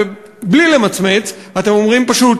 ובלי למצמץ אתם אומרים פשוט,